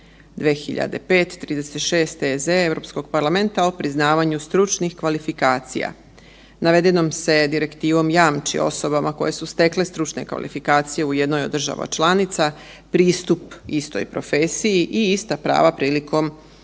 2005/36 EZ Europskog parlamenta o priznavanju stručnih kvalifikacija. Navedenom se direktivom jamči osobama koje su stekle stručne kvalifikacije u jednoj od država članica pristup istoj profesiji i ista prava prilikom